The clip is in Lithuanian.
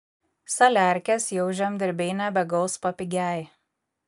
saliarkės jau žemdirbiai nebegaus papigiaj